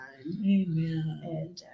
Amen